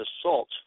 assault